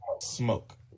smoke